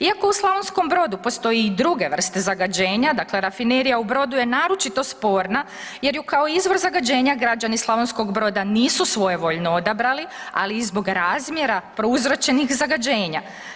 Iako u Slavonskom Brodu postoje i druge vrste zagađenja, dakle rafinerija u Brodu je naročito sporna jer ju kao izvor zagađenja građani Slavonskog Broda nisu svojevoljno odabrali, ali i zbog razmjera prouzročenih zagađenja.